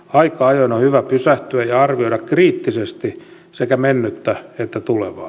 aika ajoin on hyvä pysähtyä ja arvioida kriittisesti sekä mennyttä että tulevaa